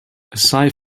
aside